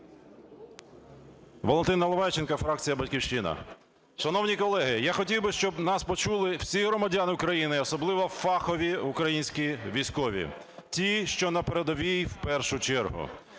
Валентин Наливайченко, фракція "Батьківщина". Шановні колеги, я хотів би, щоб нас почули всі громадяни України, особливо фахові українські військові, ті, що на передовій в першу чергу.